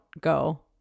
go